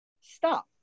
stop